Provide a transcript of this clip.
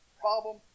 Problem